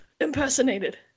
impersonated